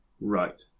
Right